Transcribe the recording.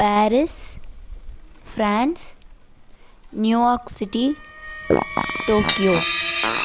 Paris France New York city Tokyo